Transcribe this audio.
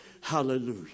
Hallelujah